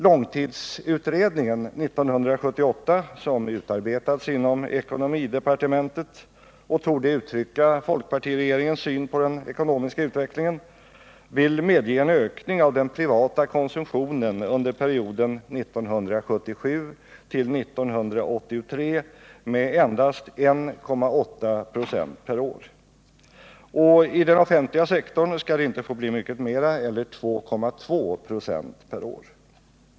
Långtidsutredningen 1978, som utarbetats inom ekonomidepartementet och torde uttrycka folkpartiregeringens syn på den ekonomiska utvecklingen, vill medge en ökning av den privata konsumtionen under perioden 1977-1983 med endast 1,8 96 per år. Inom den offentliga sektorn skall det inte få bli mycket mera, 2,2 96 per år.